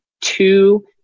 two